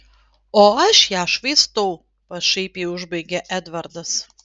o aš ją švaistau pašaipiai užbaigė edvardas